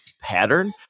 pattern